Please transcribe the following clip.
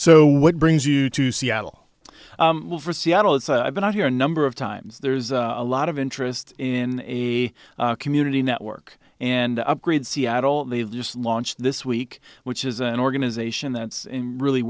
so what brings you to seattle well for seattle it's i've been out here a number of times there's a lot of interest in a community network and upgrade seattle just launched this week which is an organization that's really